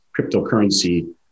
cryptocurrency